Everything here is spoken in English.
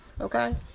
Okay